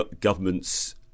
governments